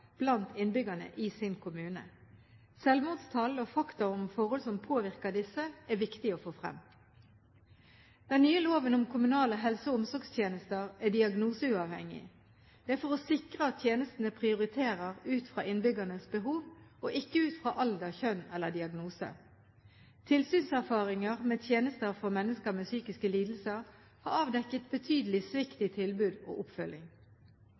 blant innbyggerne i sin kommune. Selvmordstall og fakta om forhold som påvirker disse, er viktig å få frem. Den nye loven om kommunale helse- og omsorgstjenester er diagnoseuavhengig. Det er for å sikre at tjenestene prioriterer ut fra innbyggernes behov, og ikke ut fra alder, kjønn eller diagnose. Tilsynserfaringer med tjenester for mennesker med psykiske lidelser har avdekket betydelig svikt i tilbud og oppfølging.